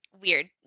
weird